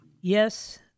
Yes